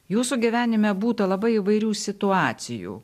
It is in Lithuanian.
jūsų gyvenime būta labai įvairių situacijų